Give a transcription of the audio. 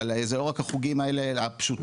אבל זה לא רק החוגים האלה הפשוטים,